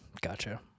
Gotcha